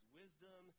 wisdom